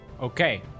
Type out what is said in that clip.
Okay